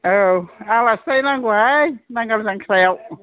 औ आलासि जाहैनो नांगौ हाय नांगाल जांख्रायाव